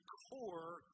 core